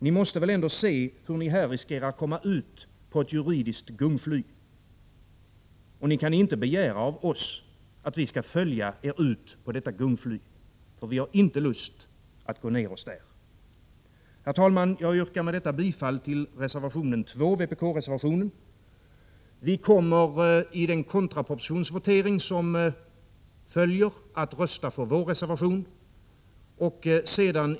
Ni måste väl ändå se hur ni här riskerar att komma ut på ett juridiskt gungfly. Och ni kan inte begära av oss att vi skall följa er ut på detta gungfly. För vi har inte lust att gå ner oss där. Herr talman! Jag yrkar med detta bifall till vpk-reservationen, nr 2. Vi kommer i den kontrapropositionsvotering som följer att rösta på vår reservation.